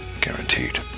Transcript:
guaranteed